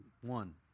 One